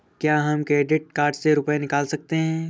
क्या हम credit card से रुपये निकाल सकते हैं?